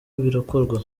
birakorwa